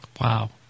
Wow